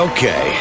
Okay